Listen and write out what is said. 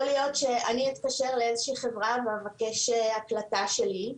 יכול להיות שאני אתקשר לאיזושהי חברה ואבקש הקלטה שלי,